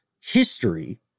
history